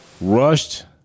rushed